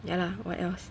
ya lah what else